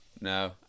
no